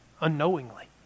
unknowingly